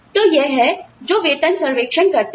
तो यह है जो वेतन सर्वेक्षण करते हैं